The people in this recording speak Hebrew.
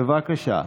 בבקשה.